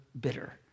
bitter